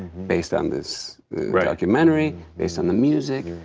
based on this documentary, based on the music,